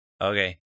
Okay